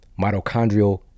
mitochondrial